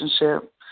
relationship